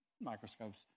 microscopes